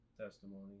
testimony